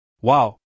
Wow